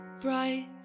bright